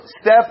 step